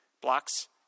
blocks